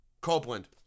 copeland